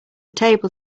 table